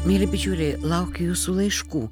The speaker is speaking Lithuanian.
mieli bičiuliai laukiu jūsų laiškų